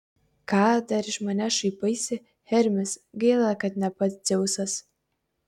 ką dar iš manęs šaipaisi hermis gaila kad ne pats dzeusas